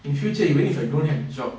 in future even if I don't have a job